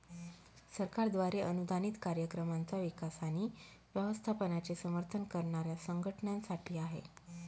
सरकारद्वारे अनुदानित कार्यक्रमांचा विकास आणि व्यवस्थापनाचे समर्थन करणाऱ्या संघटनांसाठी आहे